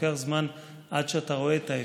לוקח זמן עד שאתה רואה את האפקט,